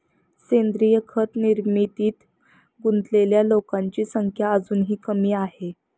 सेंद्रीय खत निर्मितीत गुंतलेल्या लोकांची संख्या अजूनही कमी आहे